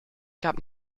gab